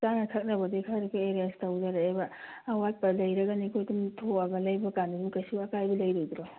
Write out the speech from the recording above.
ꯆꯥꯅ ꯊꯛꯅꯕꯗꯤ ꯈꯔ ꯑꯦꯔꯦꯟꯖ ꯇꯧꯖꯔꯛꯑꯦꯕ ꯑꯋꯥꯠꯄ ꯂꯩꯔꯒꯅ ꯑꯩꯈꯣꯏ ꯑꯗꯨꯝ ꯊꯣꯛꯑꯒ ꯂꯩꯕꯀꯥꯟꯗꯁꯨ ꯀꯩꯁꯨ ꯑꯀꯥꯏꯕ ꯂꯩꯔꯣꯏꯗ꯭ꯔꯣ